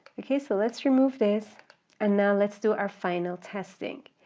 okay, so let's remove this and now let's do our final testing.